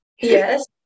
Yes